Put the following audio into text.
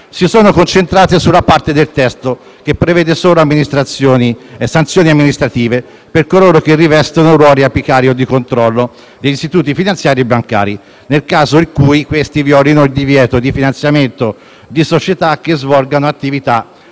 si sono concentrati sulla parte del testo che prevede solo sanzioni amministrative per coloro che rivestano ruoli apicali o di controllo degli istituti finanziari e bancari, nel caso in cui questi violino il divieto di finanziamento di società che svolgano attività